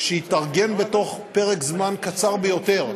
שהתארגן בתוך פרק זמן קצר ביותר,